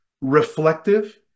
reflective